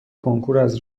کنکوراز